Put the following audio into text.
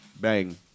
Bang